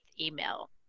email